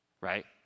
Right